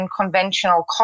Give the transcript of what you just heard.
conventional